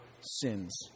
sins